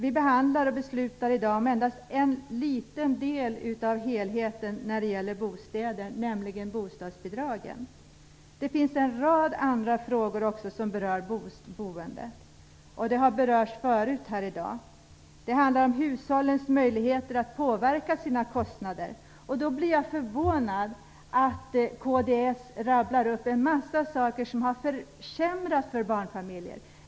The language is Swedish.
I dag behandlar vi och beslutar om endast en liten del av helheten när det gäller bostäder, nämligen bostadsbidragen. Det finns en rad andra frågor som också berör boendet. Det är frågor som har berörts förut här i dag. Det handlar om hushållens möjligheter att påverka sina kostnader. Jag blir förvånad över att kds rabblar upp en mängd saker som har försämrats för barnfamiljer.